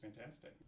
Fantastic